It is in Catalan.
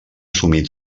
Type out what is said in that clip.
assumit